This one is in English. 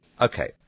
Okay